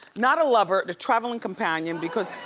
not a lover, the traveling companion because,